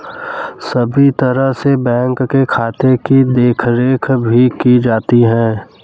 सभी तरह से बैंक के खाते की देखरेख भी की जाती है